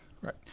Right